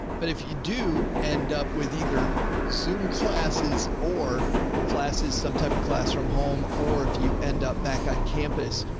but if you do end up with either zoom classes or classes, some type of class from home, or if you end up back on campus,